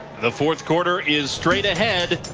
the fourth quarter is straightahead,